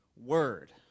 word